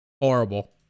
Horrible